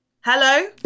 Hello